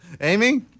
Amy